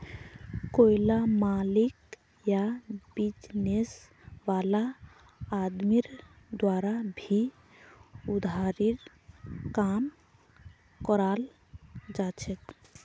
कोईला मालिक या बिजनेस वाला आदमीर द्वारा भी उधारीर काम कराल जाछेक